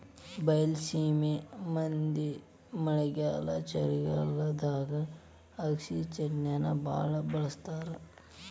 ಬೈಲಸೇಮಿ ಮಂದಿ ಮಳೆಗಾಲ ಚಳಿಗಾಲದಾಗ ಅಗಸಿಚಟ್ನಿನಾ ಬಾಳ ಬಳ್ಸತಾರ